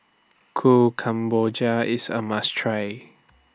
Kuih Kemboja IS A must Try